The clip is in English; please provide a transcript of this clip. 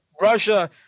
Russia